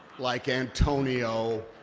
like antonio.